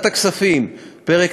החלטת